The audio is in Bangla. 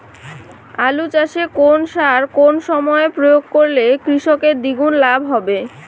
আলু চাষে কোন সার কোন সময়ে প্রয়োগ করলে কৃষকের দ্বিগুণ লাভ হবে?